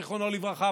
זיכרונו לברכה,